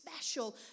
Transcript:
special